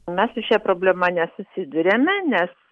mes su šia problema nesusiduriame nes